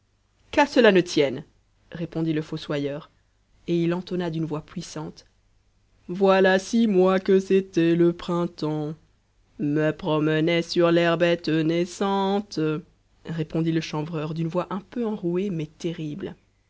qu'à cela ne tienne répondit le fossoyeur et il entonna d'une voix puissante voilà six mois que c'était le printemps me promenais sur l'herbette naissante répondit le chanvreur d'une voix un peu enrouée mais terrible